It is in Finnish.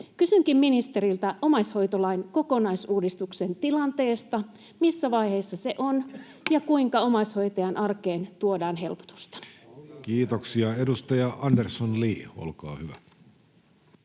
Kysynkin ministeriltä omaishoitolain kokonaisuudistuksen tilanteesta. Missä vaiheessa se on, ja kuinka omaishoitajan arkeen tuodaan helpotusta? Kiitoksia. — Edustaja Andersson, Li, olkaa hyvä.